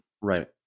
Right